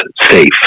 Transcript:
safe